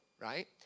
right